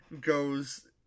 goes